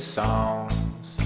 songs